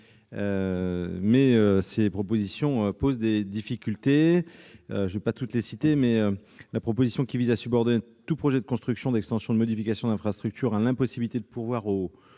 dit, ces propositions posent des difficultés. Je ne les citerai pas toutes, mais la proposition qui vise à subordonner tout projet de construction, d'extension ou de modification d'infrastructure à l'impossibilité de pourvoir aux